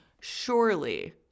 surely